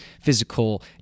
physical